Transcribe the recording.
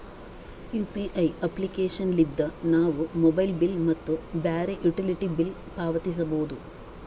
UPI application ಲಿದ್ದ ನಾವು mobile bill ಮತ್ತು ಬ್ಯಾರೆ ಯುಟಿಲಿಟಿ ಬಿಲ್ ಪಾವತಿಸಬೋದು